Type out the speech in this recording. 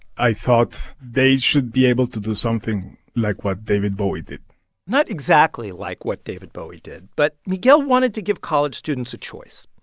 i thought, they should be able to do something like what david bowie did not exactly like what david bowie did but miguel wanted to give college students a choice,